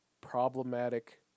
problematic